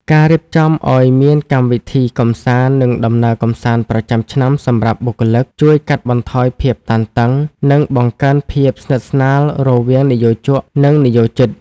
ការរៀបចំឱ្យមានកម្មវិធីកម្សាន្ត និងដំណើរកម្សាន្តប្រចាំឆ្នាំសម្រាប់បុគ្គលិក ជួយកាត់បន្ថយភាពតានតឹង និងបង្កើនភាពស្និទ្ធស្នាលរវាងនិយោជក និងនិយោជិត។